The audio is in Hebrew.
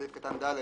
סעיף קטן (ד)